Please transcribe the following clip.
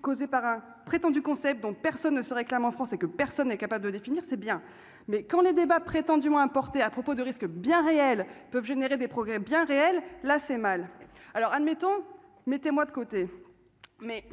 causé par un prétendu, concept dont personne ne se réclame en France et que personne n'est capable de définir, c'est bien, mais quand les débats prétendument moins à propos de risques bien réels peuvent générer des progrès bien réels, là c'est mal alors admettons mettez-moi de côté mais